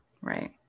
right